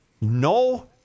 no